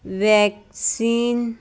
vaccine